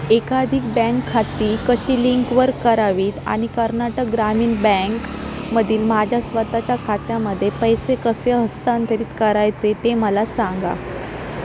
एकाधिक बँक खाती कशी लिंकवर करावीत आणि कर्नाटक ग्रामीण बँकमधील माझ्या स्वत च्या खात्यामध्ये पैसे कसे हस्तांतरित करायचे ते मला सांगा